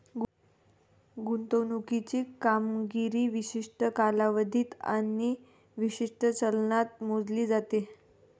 गुंतवणुकीची कामगिरी विशिष्ट कालावधीत आणि विशिष्ट चलनात मोजली जाते